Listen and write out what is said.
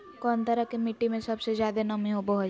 कौन तरह के मिट्टी में सबसे जादे नमी होबो हइ?